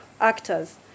actors